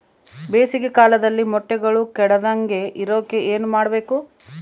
ಬೇಸಿಗೆ ಕಾಲದಲ್ಲಿ ಮೊಟ್ಟೆಗಳು ಕೆಡದಂಗೆ ಇರೋಕೆ ಏನು ಮಾಡಬೇಕು?